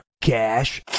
Cash